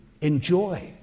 enjoy